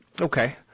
Okay